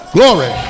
Glory